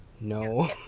no